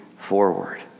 forward